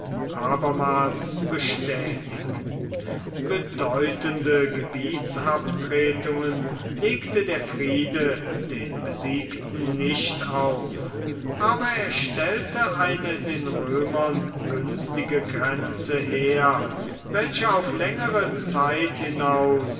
abermals bestätigt bedeutende gebietsabtretungen legte der friede den besiegten nicht auf aber er stellte eine den römern günstige grenze her welche auf längere zeit hinaus